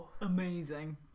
amazing